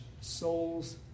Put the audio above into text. souls